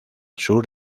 sur